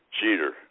cheater